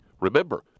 Remember